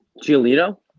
Giolito